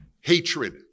Hatred